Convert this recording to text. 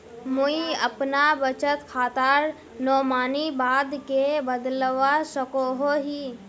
मुई अपना बचत खातार नोमानी बाद के बदलवा सकोहो ही?